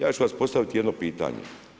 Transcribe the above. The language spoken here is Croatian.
Ja ću vam postaviti jedno pitanje.